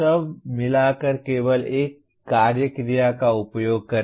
सब मिलाकर केवल एक क्रिया क्रिया का उपयोग करें